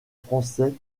français